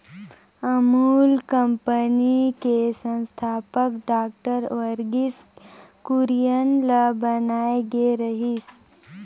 Amul company के संस्थापक doctor Verghese Kurien ल बनाए गे रिहिस